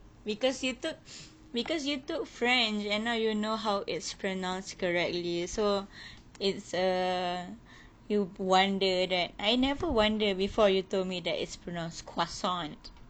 because you took because you took french and now you know how it's pronounced correctly so it's err you wonder that I never wonder before you told me that it's pronounced croissant